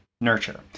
Nurture